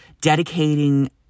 dedicating